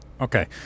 Okay